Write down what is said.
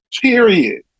Period